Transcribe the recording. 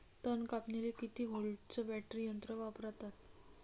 तन कापनीले किती व्होल्टचं बॅटरी यंत्र वापरतात?